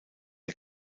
der